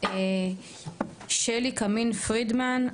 שלי קמין פרידמן,